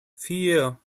vier